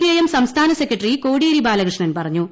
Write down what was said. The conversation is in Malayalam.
ഐഎം സംസ്ഥാന സെക്രട്ടറി കോടിയേരി ബാലകൃഷ്ണൻ പറഞ്ഞു